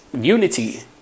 unity